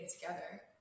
together